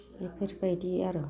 बेफोरबायदि आरो